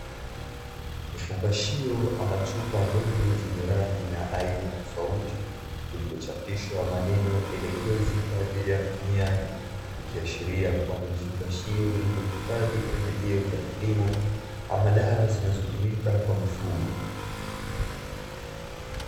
Vifungashio ama chupa ndogo zenye rangi na aina tofauti zilizochapishwa maneno elekezi kwa ajili ya mtumiaji. Vikiashiria kuwa ni vifungashio vilivyohifadhi pembejeo za kilimo ama dawa zinazotumika kwa mifugo.